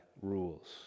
rules